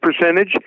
percentage